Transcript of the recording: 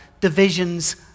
divisions